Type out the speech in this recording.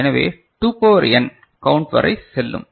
எனவே இது 2 power n count வரை செல்லும்